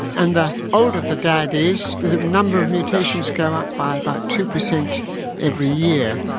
and the older the dad is the number of mutations go up by about two percent every year,